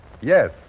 Yes